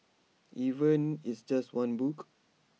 even it's just one book